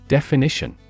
Definition